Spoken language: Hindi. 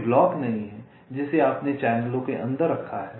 कोई ब्लॉक नहीं है जिसे आपने चैनलों के अंदर रखा है